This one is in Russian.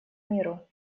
миру